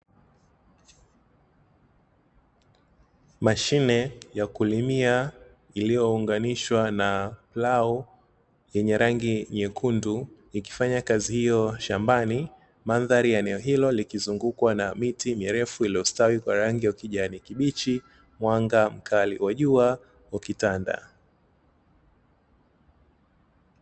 Mashine ya kulimia iliyounganishwa na plau yenye rangi nyekundu, ikifanya kazi hiyo shambani madhari ya eneo hilo likizungukwa na miti mirefu iliyostawi kwa rangi ya kijani kibichi mwanga mkali wa jua ukitanda.